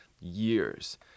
years